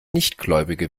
nichtgläubige